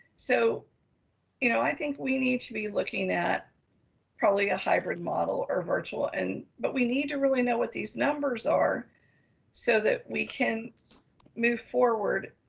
so you know i think we need to be looking at probably a hybrid model or virtual. and, but we need to really know what these numbers are so that we can move forward.